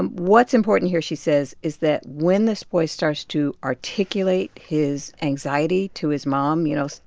and what's important here, she says, is that when this boy starts to articulate his anxiety to his mom you know,